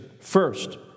First